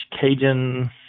Cajun